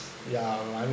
ya I